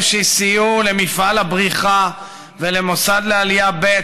הם שסייעו למפעל הבריחה ולמוסד לעלייה ב',